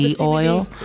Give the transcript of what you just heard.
Oil